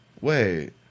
wait